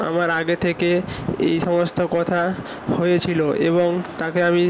আমার আগে থেকে এই সমস্ত কথা হয়েছিল এবং তাকে আমি